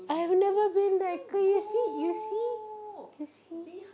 I have never been there girl you see you see you see